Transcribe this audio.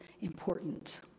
important